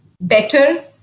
better